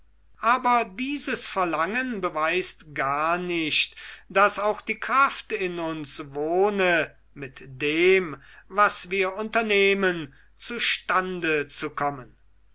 aber dieses verlangen beweist gar nicht daß auch die kraft in uns wohne mit dem was wir unternehmen zustande zu kommen